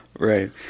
Right